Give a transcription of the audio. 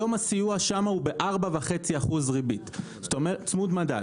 היום הסיוע שם הוא ב-4.5% ריבית צמוד מדד.